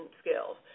skills